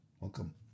Welcome